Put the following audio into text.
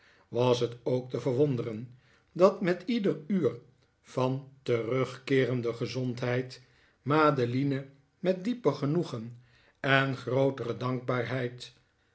was het ook te verwonderen dat met ieder uur van terugkeerende gezondheid madeline met dieper genoegen en grootere dankbaarheid